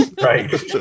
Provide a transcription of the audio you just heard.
Right